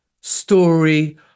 story